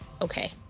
Okay